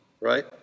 right